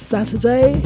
Saturday